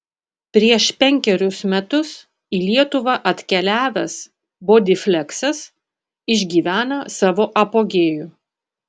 prieš penkerius metus į lietuvą atkeliavęs bodyfleksas išgyvena savo apogėjų